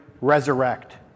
resurrect